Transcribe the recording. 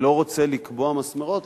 אני לא רוצה לקבוע מסמרות,